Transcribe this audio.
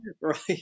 right